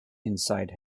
inside